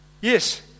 yes